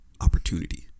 opportunity